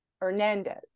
hernandez